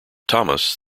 thomas